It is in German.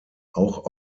auch